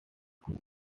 good